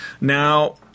Now